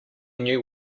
knew